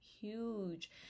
huge